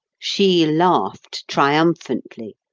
she laughed triumphantly.